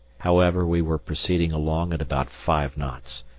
however, we were proceeding along at about five knots,